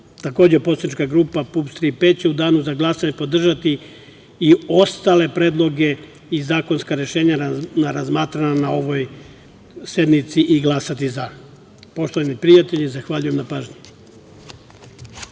Takođe, poslanička grupa PUPS-3P će u danu za glasanje podržati i ostale predloge i zakonska rešenja razmatrana na ovoj sednici i glasati. Poštovani prijatelji, zahvaljujem na pažnji.